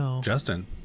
Justin